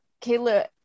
Kayla